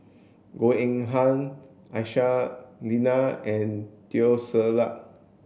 Goh Eng Han Aisyah Lyana and Teo Ser Luck